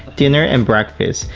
dinner and breakfast.